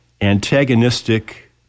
antagonistic